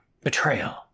Betrayal